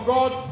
God